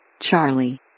Charlie